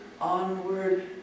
onward